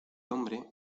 hombre